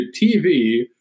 TV